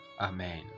Amen